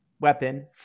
weapon